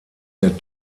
der